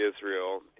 Israel